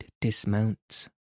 dismounts